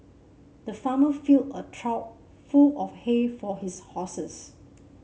the farmer filled a trough full of hay for his horses